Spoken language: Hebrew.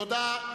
תודה.